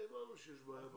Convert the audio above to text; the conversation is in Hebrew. הבנו שיש בעיה ברשתות.